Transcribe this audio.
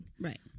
right